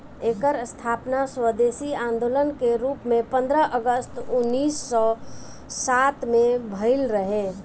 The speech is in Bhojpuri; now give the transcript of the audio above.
एकर स्थापना स्वदेशी आन्दोलन के रूप में पन्द्रह अगस्त उन्नीस सौ सात में भइल रहे